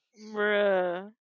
Bruh